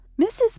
Mrs